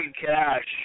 cash